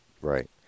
Right